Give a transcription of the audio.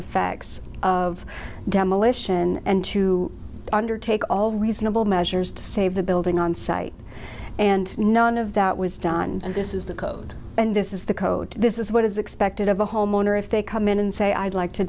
effects of demolition and to undertake all reasonable measures to save the building on site and none of that was done and this is the code and this is the code this is what is expected of a homeowner if they come in and say i'd like to